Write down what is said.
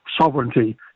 sovereignty